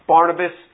Barnabas